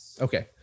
Okay